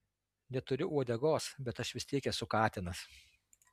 neturiu uodegos bet aš vis tiek esu katinas